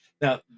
Now